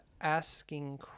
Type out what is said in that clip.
asking